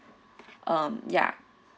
um ya